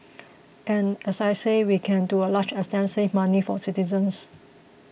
and as I said we can to a large extent save money for citizens